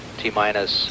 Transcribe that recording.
t-minus